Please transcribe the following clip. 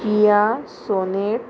Kia sonnet